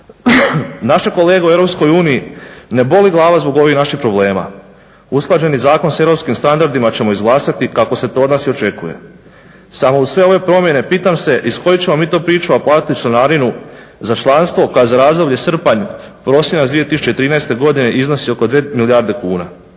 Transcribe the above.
Naše kolege u EU ne boli glava zbog ovih naših problema. Usklađeni zakon s europskim standardima ćemo izglasati kako se to i od nas i očekuje. Samo uz sve ove promjene pitam se iz kojih ćemo mi to pričuva platiti članarinu za članstvo za razdoblje srpanj-prosinac 2013.godine iznosi oko 2 milijarde kuna.